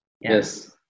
yes